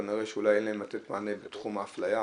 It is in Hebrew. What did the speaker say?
כנראה שאין להם לתת מענה בתחום האפליה,